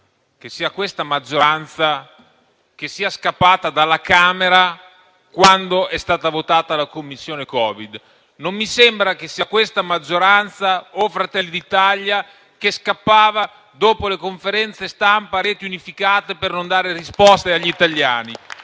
che questa maggioranza sia scappata dalla Camera quando è stata votata la Commissione Covid; non mi sembra che fosse questa maggioranza o Fratelli d'Italia a scappare dopo le conferenze stampa a reti unificate per non dare risposte agli italiani.